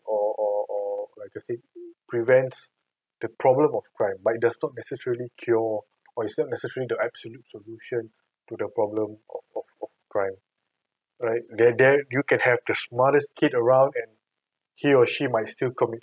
or or or or like I said prevents the problem of crime but it does not necessarily cure or it's not necessary the absolute solution to the problem of of of crime right there then you can have the smartest kid around and he or she might still commit